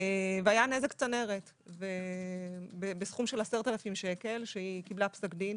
והיה נזק צנרת בסכום של 10,000. היא קיבלה פסק דין,